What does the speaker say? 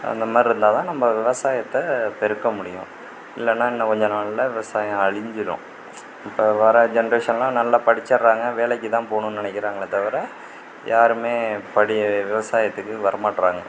அந்த மாதிரி இருந்தால்தான் நம்ம விவசாயத்தை பெருக்க முடியும் இல்லைன்னா இன்னும் கொஞ்ச நாளில் விவசாயம் அழிஞ்சுடும் இப்போ வர ஜென்ட்ரேஷனெலாம் நல்லா படிச்சுட்றாங்க வேலைக்குதான் போகணுன்னு நினைக்கிறாங்களே தவிர யாருமே படி விவசாயத்துக்கு வரமாட்டேறாங்க